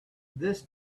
this